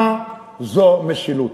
מה זו משילות?